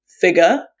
figure